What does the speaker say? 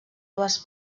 dues